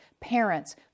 parents